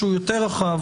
שהוא יותר רחב,